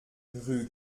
rue